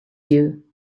you